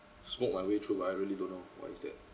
smoke my way through but I really don't know what is that